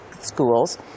schools